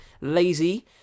lazy